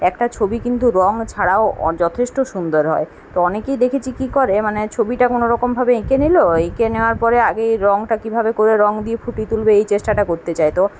একটা ছবি কিন্তু রং ছাড়াও অ যথেষ্ট সুন্দর হয় তো অনেকেই দেখেছি কী করে মানে ছবিটা কোনো রকমভাবে এঁকে নিলো এঁকে নেওয়ার পরে আগেই রংটা কীভাবে করবে রং দিয়ে ফুটিয়ে তুলবে এই চেষ্টাটা করতে চায় তো